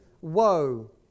woe